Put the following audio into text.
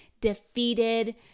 defeated